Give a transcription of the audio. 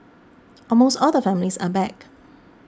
almost all the families are back